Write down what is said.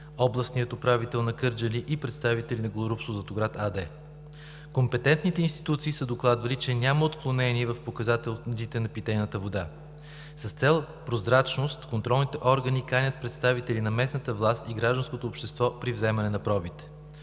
областния управител на Кърджали и представители на „Горубсо Златоград“ АД. Компетентните институции са докладвали, че няма отклонение в показателите на питейната вода. С цел прозрачност контролните органи канят представители на местната власт и гражданското общество при вземане на пробите.